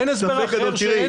אורנה, אז מה ההסבר לזה שאין